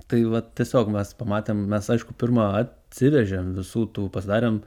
tai vat tiesiog mes pamatėm mes aišku pirma atsivežėm visų tų pasidarėm